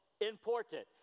important